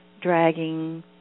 dragging